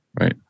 Right